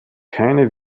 keine